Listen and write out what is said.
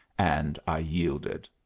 and i yielded.